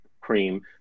cream